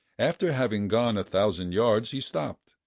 after having gone a thousand yards he stopped,